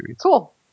Cool